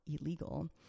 illegal